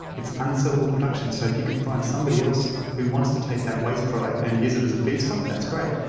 it's unsellable production. so if you could find somebody else who wants to take that waste product and use it as a feedstock, that's great.